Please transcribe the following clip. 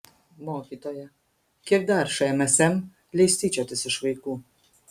mokytoja kiek dar šmsm leis tyčiotis iš vaikų